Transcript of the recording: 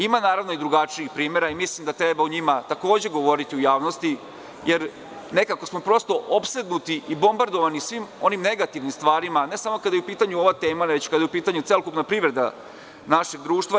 Ima i drugačijih primera i mislim da treba o njima takođe govoriti u javnosti, jer nekako smo prosto opsednuti i bombardovani svim onim negativnim stvarima, ne samo kada je u pitanju ova tema, već kada je u pitanju celokupna privreda našeg društva.